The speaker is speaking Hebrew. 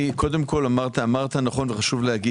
קודם כל, אמרת נכון, אדוני.